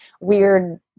weird